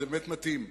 זה באמת מתאים.